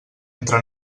entre